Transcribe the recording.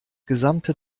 gesamte